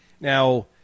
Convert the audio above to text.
Now